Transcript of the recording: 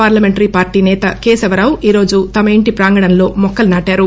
parliamentary party నేత కేశవరావు ఈరోజు తమ ఇంటి ప్రాంగణంలో మొక్కలు నాటారు